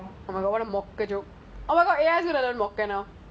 can I recharge you tomorrow please